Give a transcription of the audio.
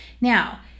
Now